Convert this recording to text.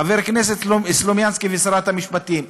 חבר הכנסת סלומינסקי ושרת המשפטים,